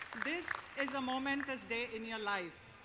this is a momentous day in your life,